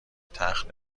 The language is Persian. تخت